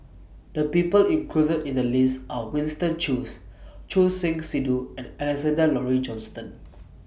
The People included in The list Are Winston Choos Choor Singh Sidhu and Alexander Laurie Johnston